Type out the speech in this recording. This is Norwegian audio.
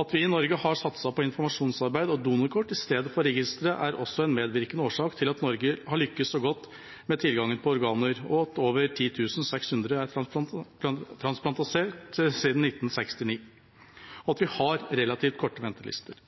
At vi i Norge har satset på informasjonsarbeid og donorkort i stedet for register, er også en medvirkende årsak til at Norge har lyktes så godt med tilgangen på organer, at over 10 600 har fått transplantasjon siden 1969, og at vi har relativt korte ventelister.